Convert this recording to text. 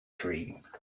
dream